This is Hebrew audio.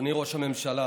אדוני ראש הממשלה